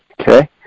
Okay